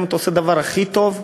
גם אם אתה עושה את הדבר הכי טוב,